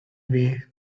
way